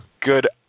good